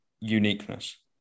uniqueness